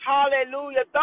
Hallelujah